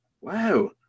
Wow